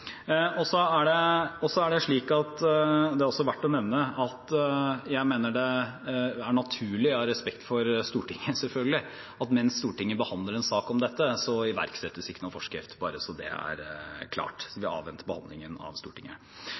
Det er også verdt å nevne at jeg mener det er naturlig – av respekt for Stortinget, selvfølgelig – at mens Stortinget behandler en sak om dette, iverksettes ikke noen forskrift, bare så det er klart. Vi avventer behandlingen i Stortinget.